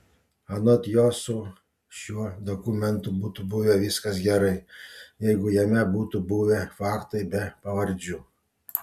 anot jo su šiuo dokumentu būtų buvę viskas gerai jeigu jame būtų buvę faktai be pavardžių